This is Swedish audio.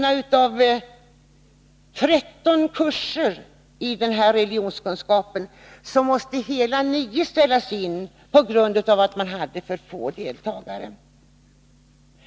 Av 13 kurser i religionskunskap måste hela 9 ställas in på grund av att man hade för få deltagare.